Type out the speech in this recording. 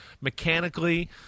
mechanically